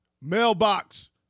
Mailbox